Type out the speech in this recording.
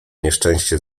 nieszczęście